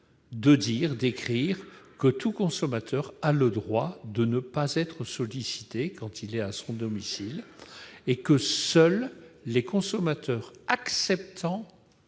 liste. À nos yeux, tout consommateur a le droit de ne pas être sollicité quand il est à son domicile. Seuls les consommateurs acceptant